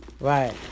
right